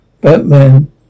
Batman